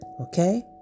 Okay